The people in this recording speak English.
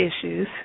issues